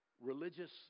religious